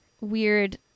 weird